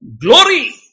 glory